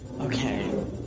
Okay